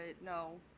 no